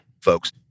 folks